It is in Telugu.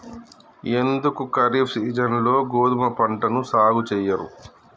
ఎందుకు ఖరీఫ్ సీజన్లో గోధుమ పంటను సాగు చెయ్యరు?